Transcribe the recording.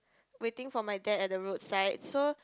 waiting for my dad at the roadside so